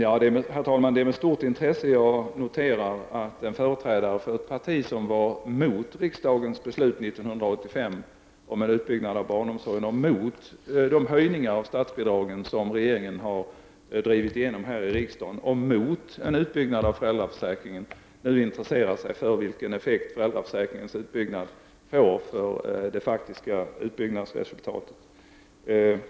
Herr talman! Det är med stort intresse som jag noterar att en företrädare för ett parti som var emot riksdagens beslut år 1985 om en utbyggnad av barnomsorgen och de höjningar av statsbidragen som regeringen drivit igenom här i riksdagen, och emot en utbyggnad av föräldraförsäkringen, nu intresserar sig för vilken effekt föräldraförsäkringens utbyggnad får för det faktiska resultatet.